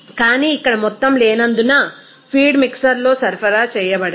కానీ ఇక్కడ మొత్తం లేనందున ఫీడ్ మిక్సర్లో సరఫరా చేయబడదు